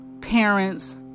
parents